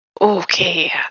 Okay